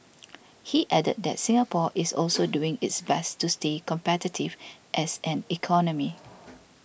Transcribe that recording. he added that Singapore is also doing its best to stay competitive as an economy